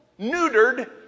neutered